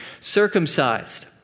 circumcised